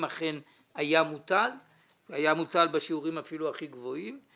אם אכן היה מוטל אפילו בשיעורים הכי גבוהים,